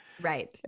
Right